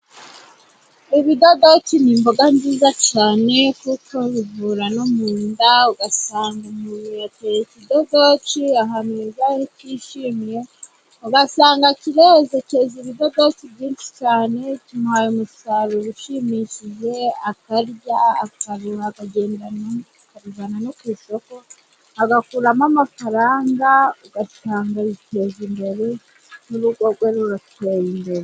Ibidodoki ni imboga nziza cyane, kuko bivura no mu nda, ugasanga umuntu yateye ikidodoki ahantu heza kshimye, ugasanga kirekeza keze ibidotoki byinshi cyane, kimuhaye umusaruro ushimishije, akarya akabjijyana no ku isoko agakuramo amafaranga, ugasanga yiteje imbere, n'urugo rwe rurateye imbere.